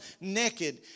naked